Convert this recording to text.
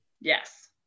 Yes